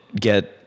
get